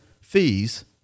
fees